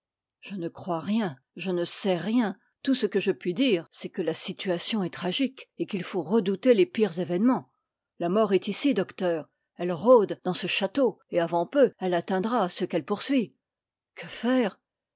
je ne crois rien je ne sais rien tout ce que je puis dire c'est que la situation est tragique et qu'il faut redouter les pires événements la mort est ici docteur elle rôde dans ce château et avant peu elle atteindra ceux qu'elle poursuit que faire